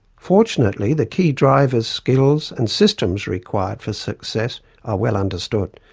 fortunately the key drivers, skills and systems required for success are well understood.